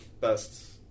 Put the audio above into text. best